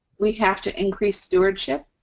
we have to increase stewardship,